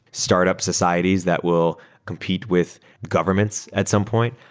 startup societies that will compete with governments at some point.